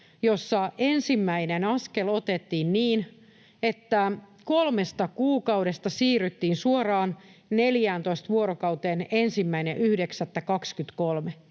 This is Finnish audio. jossa ensimmäinen askel otettiin niin, että kolmesta kuukaudesta siirryttiin suoraan 14 vuorokauteen 1.9.23.